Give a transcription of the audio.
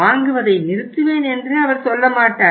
வாங்குவதை நிறுத்துவேன் என்று அவர் சொல்ல மாட்டார்